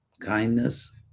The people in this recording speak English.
kindness